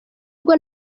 ubwo